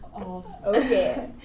Okay